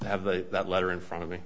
to have the that letter in front of me